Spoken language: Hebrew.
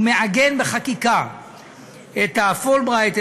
הוא מעגן בחקיקה את הפולברייט,